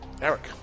Eric